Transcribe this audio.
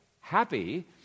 happy